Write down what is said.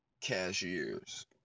cashiers